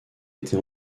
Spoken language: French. été